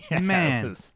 Man